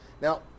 Now